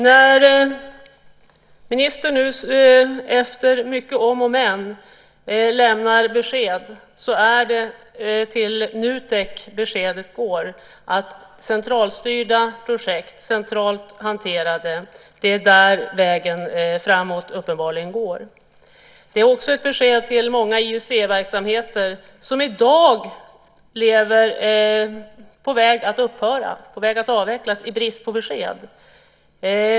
När ministern nu efter många om och men lämnar besked är det till Nutek beskedet går. Beskedet är att det uppenbarligen är centralstyrda, centralt hanterade, projekt som är vägen framåt. Det är också ett besked till många IUC-verksamheter som i dag är på väg att avvecklas i brist på besked.